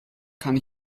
kann